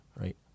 right